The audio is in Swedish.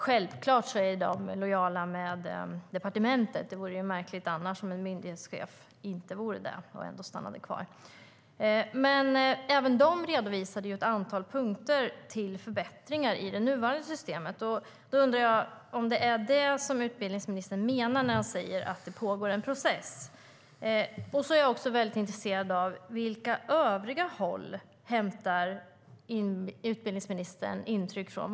Självklart är de lojala med departementet. Det vore annars märkligt om en myndighetschef inte vore det och ändå stannade kvar. Även de redovisade ett antal punkter till förbättringar i det nuvarande systemet. Är det vad utbildningsministern menar när han när han säger att det pågår en process? Jag är också väldigt intresserad av: Vilka övriga håll hämtar utbildningsministern intryck från?